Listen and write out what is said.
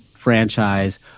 franchise